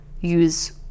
use